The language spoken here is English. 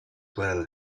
well